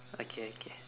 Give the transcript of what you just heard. okay okay